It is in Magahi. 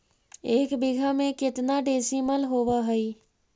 एक बीघा में केतना डिसिमिल होव हइ?